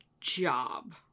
job